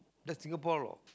that's Singapore law